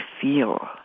feel